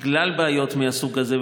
בגלל בעיות מהסוג הזה,